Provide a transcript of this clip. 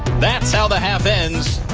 that's how the half ends.